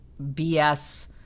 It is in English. BS